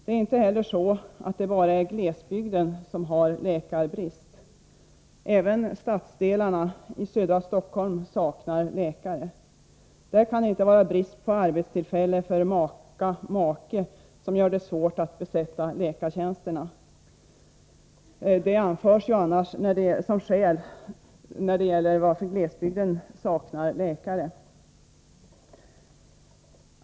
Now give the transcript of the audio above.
Det är inte heller så att det bara är glesbygden som har läkarbrist — även stadsdelarna i södra Stockholm saknar läkare. Där kan det inte vara brist på arbetstillfällen för maka/make som gör det svårt att besätta läkartjänsterna. Detta anförs annars som skäl till att glesbygden saknar läkare.